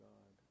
God